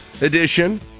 edition